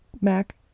Mac